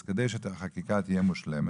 אז כדי שהחקיקה תהיה מושלמת,